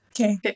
Okay